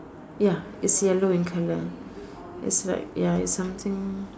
ya it's yellow in color it's like ya it's something